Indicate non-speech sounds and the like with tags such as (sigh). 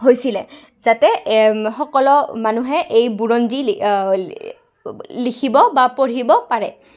হৈছিলে যাতে সকলো মানুহে এই বুৰঞ্জী (unintelligible) লিখিব বা পঢ়িব পাৰে